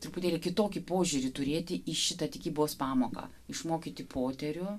truputėlį kitokį požiūrį turėti į šitą tikybos pamoką išmokyti poterių